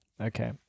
okay